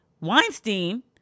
Weinstein